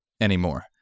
anymore